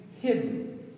hidden